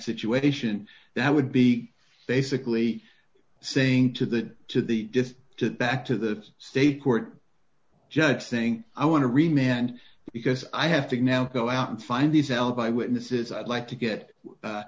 situation that would be basically saying to the to the just to back to the state court judge saying i want to remain and because i have to now go out and find these alibi witnesses i'd like to get